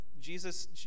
Jesus